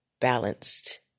balanced